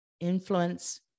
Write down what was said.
influence